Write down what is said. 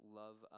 love